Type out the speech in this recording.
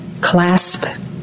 clasp